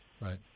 Right